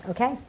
Okay